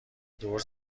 دور